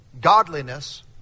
Godliness